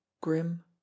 grim